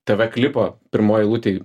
tave klipo pirmoj eilutėj